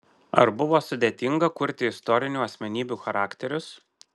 ar buvo sudėtinga kurti istorinių asmenybių charakterius